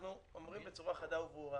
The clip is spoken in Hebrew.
אנחנו אומרים בצורה חדה וברורה